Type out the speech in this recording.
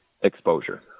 exposure